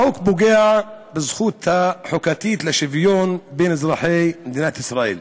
החוק פוגע בזכות החוקתית לשוויון בין אזרחי מדינת ישראל.